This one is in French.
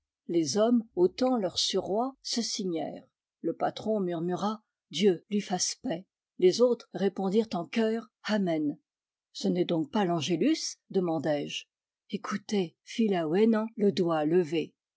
les hommes ôtant leurs suroîts se signèrent le patron murmura dieu lui fasse paix les autres répondirent en choeur amen ce n'est donc pas l'angélus demandai-je écoutez fit laouénan le doigt levé